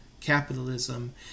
capitalism